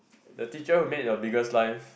the teacher who make in your biggest life